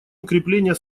укрепление